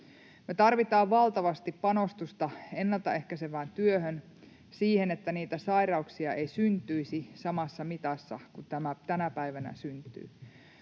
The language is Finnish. tarvitaan valtavasti panostusta ennaltaehkäisevään työhön, siihen, että niitä sairauksia ei syntyisi samassa mitassa kuin tänä päivänä syntyy.